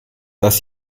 dass